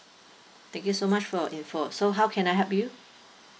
thank you so much for your info so how can I help you